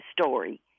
story